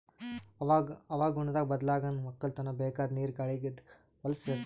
ಹವಾಗುಣ ಬದ್ಲಾಗನಾ ವಕ್ಕಲತನ್ಕ ಬೇಕಾದ್ ನೀರ ಗಾಳಿದಾಗ್ ಎಲ್ಲಾ ಹೊಲಸ್ ಸೇರತಾದ